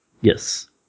Yes